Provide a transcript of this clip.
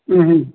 ꯎꯝ